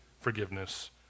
forgiveness